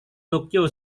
tokyo